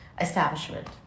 establishment